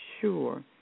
sure